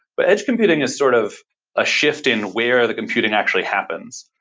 but edge computing is sort of a shift in where the computing actually happens.